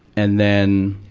and then,